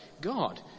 God